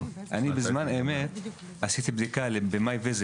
אני בזמן אמת עשיתי בדיקה ב-My visit